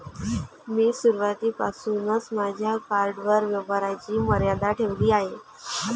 मी सुरुवातीपासूनच माझ्या कार्डवर व्यवहाराची मर्यादा ठेवली आहे